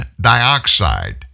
dioxide